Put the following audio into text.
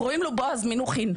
שקוראים לו בועז מנוחין.